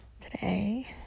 Today